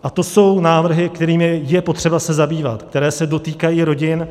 A to jsou návrhy, kterými je potřeba se zabývat, které se dotýkají rodin.